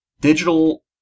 digital